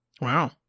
Wow